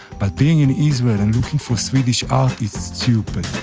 but being in israel and looking for swedish art stupid